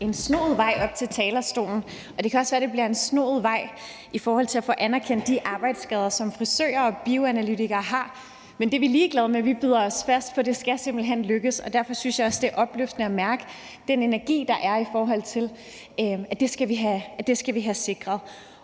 en snoet vej op til talerstolen, og det kan også være, det bliver en snoet vej i forhold til at få anerkendt de arbejdsskader, som frisører og bioanalytikere har, men det er vi ligeglade med, vi bider os fast, for det skal simpelt hen lykkes. Derfor synes jeg også, det er opløftende at mærke den energi, der er, i forhold til at vi skal have sikret